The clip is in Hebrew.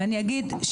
ואני אגיד,